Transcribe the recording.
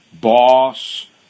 boss